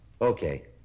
Okay